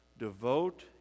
Devote